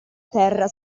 terra